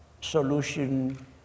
solution